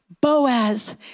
Boaz